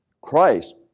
Christ